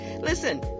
Listen